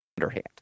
underhand